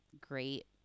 great